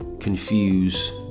confuse